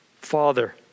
Father